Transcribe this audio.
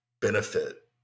benefit